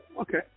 Okay